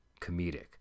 comedic